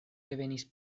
revenis